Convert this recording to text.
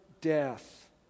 death